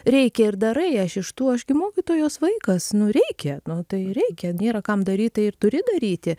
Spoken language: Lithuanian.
reikia ir darai aš iš tų aš gi mokytojos vaikas nu reikia nu tai reikia nėra kam daryt tai ir turi daryti